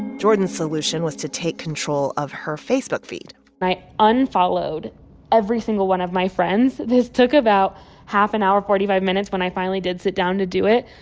jordan's solution was to take control of her facebook feed and i unfollowed every single one of my friends. this took about half an hour, forty five minutes when i finally did sit down to do it.